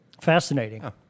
Fascinating